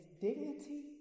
dignity